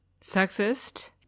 sexist